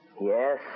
Yes